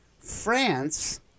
France